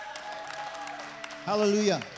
Hallelujah